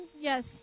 yes